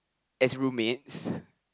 as roommates